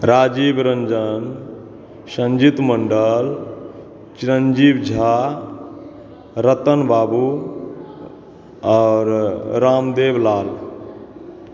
राजीव रंजन संजीत मंडल चिरंजीव झा रतन बाबू आओर रामदेव लाल